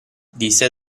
disse